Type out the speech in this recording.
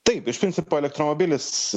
taip iš principo elektromobilis